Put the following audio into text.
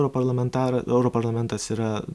europarlamentarą europarlamentas yra